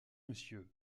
monsieur